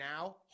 now